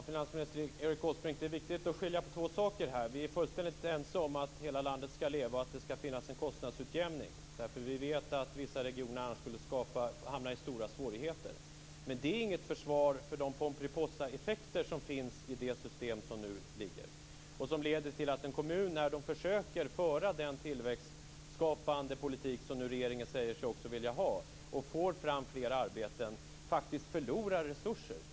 Fru talman! Det är viktigt att skilja på två saker här, finansminister Erik Åsbrink. Vi är fullständigt ense om att hela landet skall leva och att det skall finnas en kostnadsutjämning. Vi vet att vissa regioner annars skulle hamna i stora svårigheter. Men det är inget försvar för de Pomperipossaeffekter som finns i det system som nu gäller. Det leder till att en kommun, när den försöker föra den tillväxtskapande politik som regeringen säger sig vilja ha och får fram fler arbeten, faktiskt förlorar resurser.